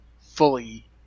fully